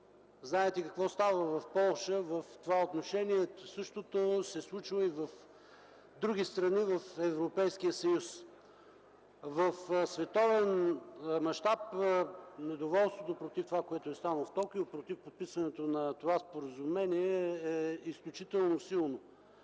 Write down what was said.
знаете какво става в Полша в това отношение. Същото се случва и в други страни от Европейския съюз. В световен мащаб недоволството против това, което е станало в Токио – против подписването на това споразумение, е изключително силно.